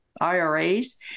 IRAs